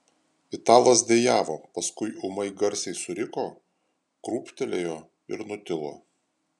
italas dejavo paskui ūmai garsiai suriko krūptelėjo ir nutilo